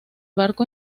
barco